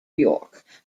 york